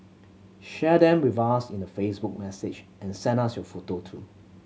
share them with us in a Facebook message and send us your photo too